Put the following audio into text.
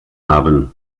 haben